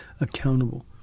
accountable